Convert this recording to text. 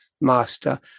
master